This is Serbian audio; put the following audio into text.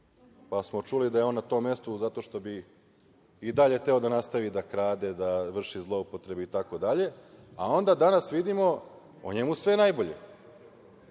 Pa smo čuli da je on na tom mestu zato što bi i dalje hteo da nastavi da krade, da vrši zloupotrebe i tako dalje. Onda danas vidimo o njemu sve najbolje.